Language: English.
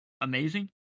amazing